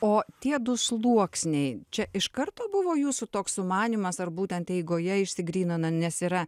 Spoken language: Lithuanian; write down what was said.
o tie du sluoksniai čia iš karto buvo jūsų toks sumanymas ar būtent eigoje išsigrynino nes yra